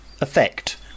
effect